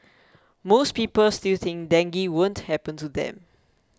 most people still think dengue won't happen to them